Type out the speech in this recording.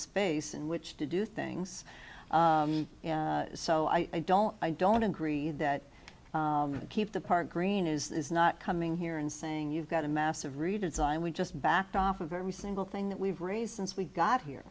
space in which to do things so i don't i don't agree that keep the park green is not coming here and saying you've got a massive redesign we just backed off of every single thing that we've raised since we got here